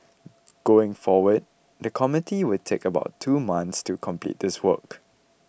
going forward the committee will take about two months to complete this work